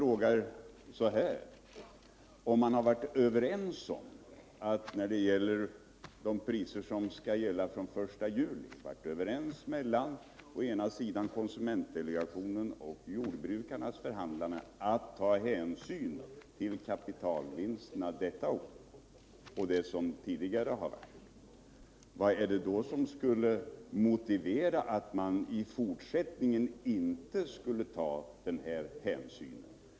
Jag ställer mig följande fråga: Om man när det gäller de priser som skall gälla från den 1 juli har varit överens mellan å ena sidan konsumentdelegationen och å den andra sidan jordbrukarnas förhandlare om att detta år ta hänsyn till kapitalvinsterna, vad är det då som skulle motivera att man i fortsättningen inte skulle ta denna hänsyn?